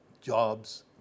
jobs